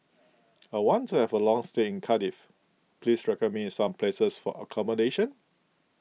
I want to have a long stay in Cardiff please recommend me some places for accommodation